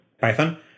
Python